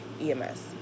EMS